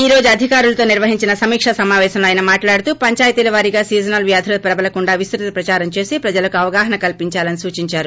ఈ రోజు అధికారులతో నిర్వహించిన సమీకా సమాపేశంలో ఆయన మాట్లాడుతూ పంచాయితీల వారీగా సీజనల్ వ్యాధులు ప్రబలకుండా విస్తృత ప్రదారం చేసి ప్రజలకు అవగాహన కల్పించాలని సూచించారు